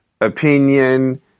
opinion